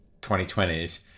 2020s